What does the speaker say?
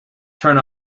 turn